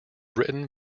written